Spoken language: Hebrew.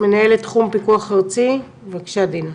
מנהלת תחום פיקוח ארצי, בבקשה דינה.